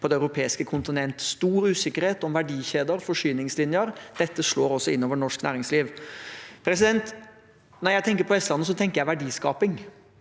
på det europeiske kontinent og stor usikkerhet om verdikjeder og forsyningslinjer. Dette slår også inn over norsk næringsliv. Når jeg tenker på Vestlandet, tenker jeg verdiskaping.